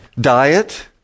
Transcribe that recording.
Diet